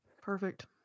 perfect